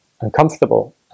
uncomfortable